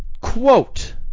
Quote